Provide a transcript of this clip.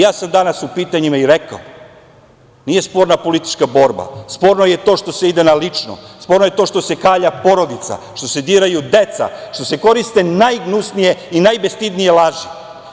Ja sam danas u pitanjima i rekao da nije sporna politička borba, sporno je to što se ide na lično, sporno je to što se kalja porodica, što se diraju deca, što se koriste najgnusnije i najbestidnije laži.